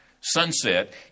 Sunset